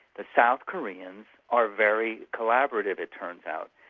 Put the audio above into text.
the south koreans are very collaborative, it turns out.